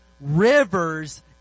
rivers